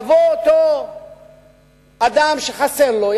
יבוא אותו אדם שחסר לו,